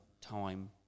time